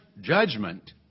judgment